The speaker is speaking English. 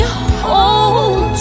hold